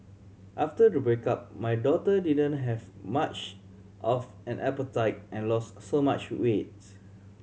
after the breakup my daughter didn't have much of an appetite and lost so much weights